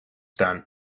done